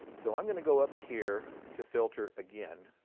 so, i'm going to go up here to filter again,